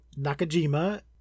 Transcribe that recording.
Nakajima